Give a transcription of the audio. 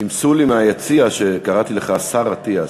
סימסו לי מהיציע שקראתי לך השר אטיאס,